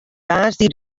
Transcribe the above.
woansdei